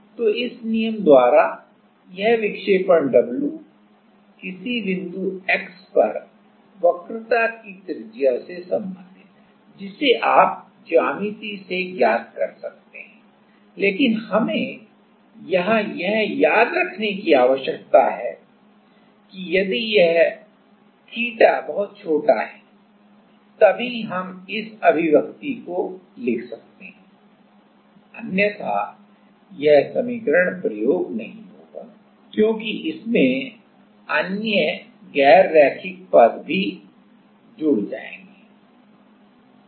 तो इस नियम द्वारा यह विक्षेपण W किसी बिंदु x पर वक्रता की त्रिज्या से संबंधित है जिसे आप ज्यामिति से ज्ञात कर सकते हैं लेकिन हमें यहाँ यह याद रखने की आवश्यकता है कि यदि यह थीटा बहुत छोटा है तभी हम इस अभिव्यक्ति को लिख सकते हैं अन्यथा यह समीकरण प्रयोग नहीं होगा क्योंकि अन्य गैर रैखिक पद भी इसमे जुड जाएंगे